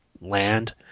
land